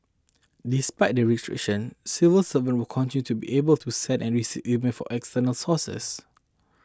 despite the restrictions civil servants will continue to be able to send and receive emails from external sources